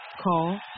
Call